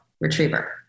retriever